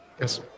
Yes